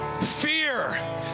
fear